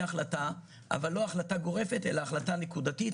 החלטה אבל לא החלטה גורפת אלא החלטה נקודתית.